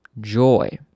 joy